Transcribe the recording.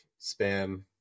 spam